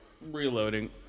Reloading